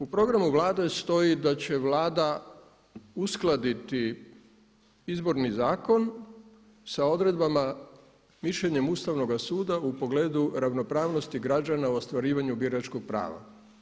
U programu Vlade stoji da će Vlada uskladiti Izborni zakon sa odredbama i mišljenjem Ustavnog suda u pogledu ravnopravnosti građana u ostvarivanju biračkog prava.